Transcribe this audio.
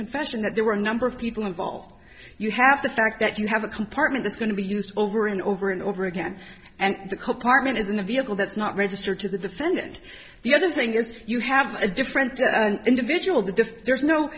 confession that there were a number of people involved you have the fact that you have a compartment that's going to be used over and over and over again and the compartment is in a vehicle that's not registered to the defendant the other thing is you have a different individual the diff there's no